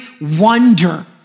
wonder